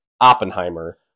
Oppenheimer